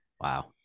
wow